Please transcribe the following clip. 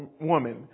woman